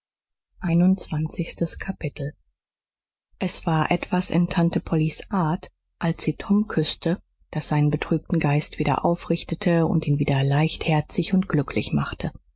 einundzwanzigstes kapitel es war etwas in tante pollys art als sie tom küßte das seinen betrübten geist wieder aufrichtete und ihn wieder leichtherzig und glücklich machte